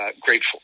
Grateful